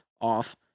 off